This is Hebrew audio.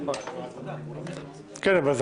על מערכות שעובדות ואבטלה וכן הלאה.